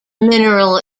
mineral